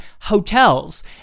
hotels